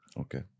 Okay